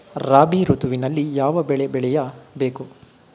ರಾಬಿ ಋತುವಿನಲ್ಲಿ ಯಾವ ಬೆಳೆ ಬೆಳೆಯ ಬೇಕು?